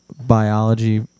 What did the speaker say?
biology